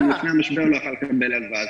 גם לפני מהשבר לא יכל לקבל הלוואה.